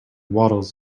waddles